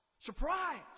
Surprise